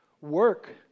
Work